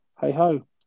hey-ho